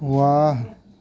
واہ